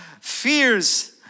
fears